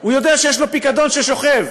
הוא יודע שיש לו פיקדון ששוכב,